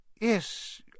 Yes